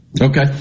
Okay